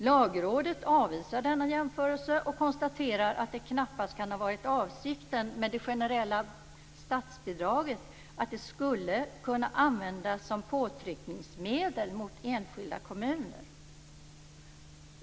Lagrådet avvisar denna jämförelse och konstaterar att det knappast kan ha varit avsikten med det generella statsbidraget att det skulle kunna användas som påtryckningsmedel mot enskilda kommuner.